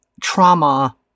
trauma